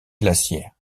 glaciaire